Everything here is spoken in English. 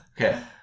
okay